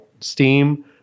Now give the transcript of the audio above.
steam